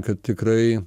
kad tikrai